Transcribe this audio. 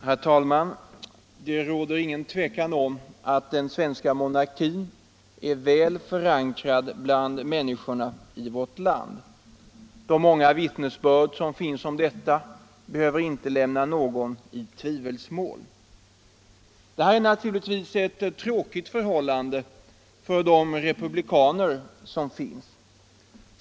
Herr talman! Det råder inget tvivel om att den svenska monarkin är väl förankrad bland människorna i vårt land. De många vittnesbörd som finns om detta behöver inte lämna någon i tvivelsmål. Detta är naturligtvis ett tråkigt förhållande för de republikaner som finns.